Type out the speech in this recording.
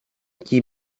gib